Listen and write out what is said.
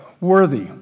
worthy